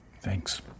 Thanks